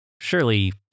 surely